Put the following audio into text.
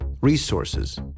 resources